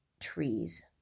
trees